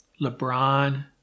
LeBron